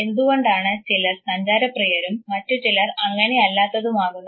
എന്തുകൊണ്ടാണ് ചിലർ സഞ്ചാരപ്രിയരും മറ്റു ചിലർ അങ്ങനെ അല്ലാത്തതുമാകുന്നത്